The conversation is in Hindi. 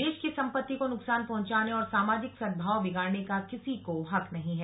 देश की संपत्ति को नुकसान पहंचाने और सामाजिक सदभाव बिगाड़ने का किसी को हक नहीं है